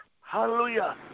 hallelujah